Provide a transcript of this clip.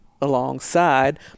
alongside